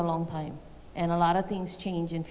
a long time and a lot of things change in